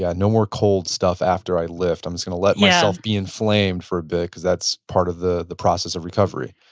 yeah no more cold stuff after i lift. i'm just going to let myself be inflamed for a bit because that's part of the the process of recovery.